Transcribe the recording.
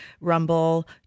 Rumble